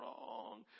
wrong